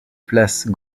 place